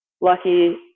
lucky